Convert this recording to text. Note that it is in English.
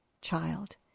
child